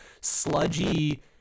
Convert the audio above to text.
sludgy